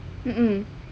mmhmm